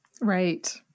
Right